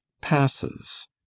passes